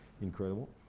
incredible